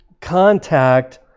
contact